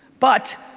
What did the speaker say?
but,